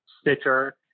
Stitcher